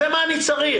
זה מה שאני צריך.